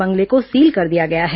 बंगले को सील कर दिया गया है